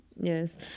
Yes